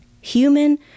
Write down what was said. Human